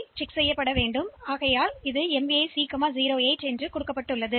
எனவே இந்த பி பதிவேட்டின் உள்ளடக்கம் இது என்றால் நாம் என்ன செய்வது